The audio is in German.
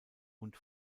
und